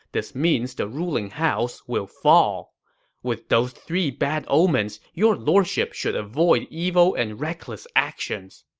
this means the ruling house will fall with those three bad omens, your lordship should avoid evil and reckless actions.